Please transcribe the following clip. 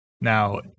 Now